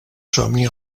somni